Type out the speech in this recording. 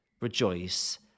Rejoice